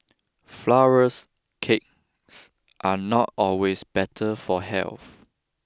flowers cakes are not always better for health